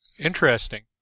interesting